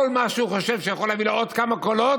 כל מה שהוא חושב שיכול להביא לו עוד כמה קולות,